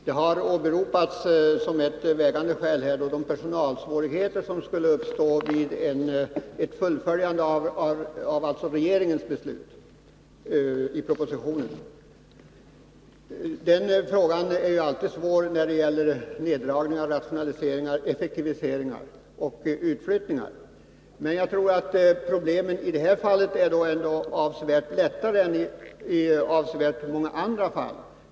Herr talman! Som ett vägande skäl har åberopats de personalsvårigheter som skulle uppstå, om man följde regeringens proposition. Det är ju alltid svårt att verkställa neddragningar, rationaliseringar, effektiviseringar och utflyttningar. Men jag tror ändå att problemen i det här fallet är avsevärt mindre än de är i många andra fall.